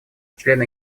члены